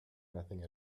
nothing